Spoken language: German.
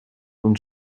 und